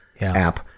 app